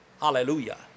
hallelujah